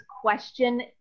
question